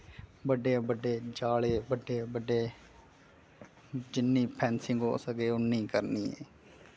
बड्डे बड्डे जाले बड्डे बड्डे जिन्नी फैंसिंग हो सके उन्नी करनी ऐ